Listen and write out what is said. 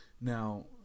now